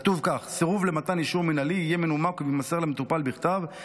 כתוב כך: "סירוב למתן אישור מינהלי יהיה מנומק ויימסר למטופל בכתב,